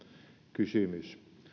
kysymys